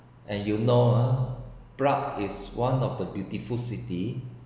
and you know ah prague is one of the beautiful city